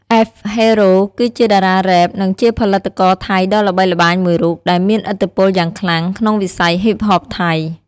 F.HERO គឺជាតារារ៉េប និងជាផលិតករថៃដ៏ល្បីល្បាញមួយរូប ដែលមានឥទ្ធិពលយ៉ាងខ្លាំងក្នុងវិស័យហ៊ីបហបថៃ។